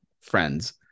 friends